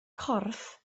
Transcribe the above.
corff